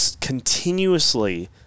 continuously